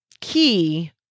key